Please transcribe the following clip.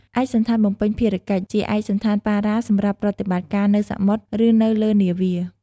ឯកសណ្ឋានបំពេញភារកិច្ច ជាឯកសណ្ឋានប៉ារ៉ាសម្រាប់ប្រតិបត្តិការនៅសមុទ្រ ឬនៅលើនាវា។